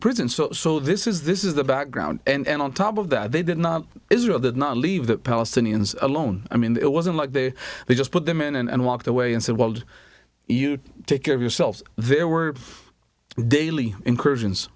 prison so so this is this is the background and on top of that they did not israel did not leave the palestinians alone i mean it wasn't like the they just put them in and walked away and said wild you take care of yourselves there were daily incursions